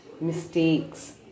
mistakes